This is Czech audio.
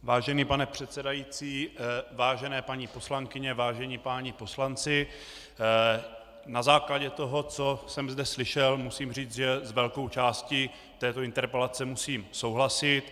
Vážený pane předsedající, vážené paní poslankyně, vážení páni poslanci, na základě toho, co jsem zde slyšel, musím říct, že s velkou částí této interpelace musím souhlasit.